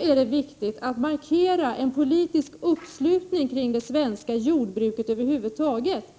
är det viktigt att markera en politisk uppslutning kring det svenska jordbruket över huvud taget.